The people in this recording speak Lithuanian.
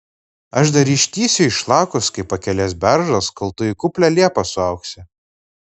aš dar ištįsiu išlakus kaip pakelės beržas kol tu į kuplią liepą suaugsi